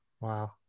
wow